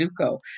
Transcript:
Zuko